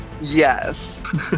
Yes